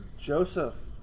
joseph